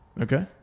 Okay